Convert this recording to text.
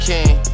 King